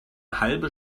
halbe